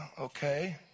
Okay